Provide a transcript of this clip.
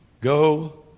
Go